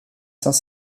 saint